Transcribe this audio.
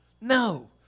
No